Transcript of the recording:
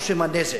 או שמא נזק?